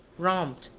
romped,